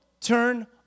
turn